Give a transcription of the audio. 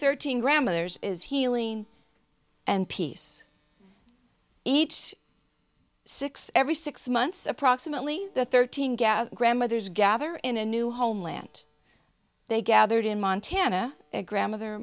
thirteen grandmothers is healing and peace each six every six months approximately thirteen gather grandmothers gather in a new homeland they gathered in montana a grandmother